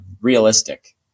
realistic